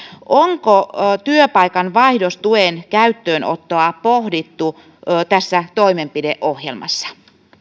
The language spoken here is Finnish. onko työpaikan vaihdostuen käyttöönottoa pohdittu tässä toimenpideohjelmassa